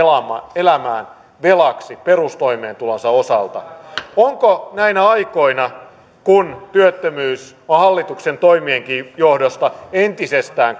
elämään velaksi perustoimeentulonsa osalta onko näinä aikoina kun työttömyys on hallituksen toimienkin johdosta entisestään